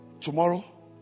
Tomorrow